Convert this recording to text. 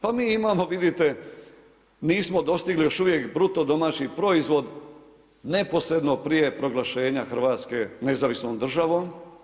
Pa mi imamo vidite, nismo dostigli, još uvijek BDP, neposredno prije proglašenja Hrvatske, nezavisnom državom.